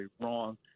wrong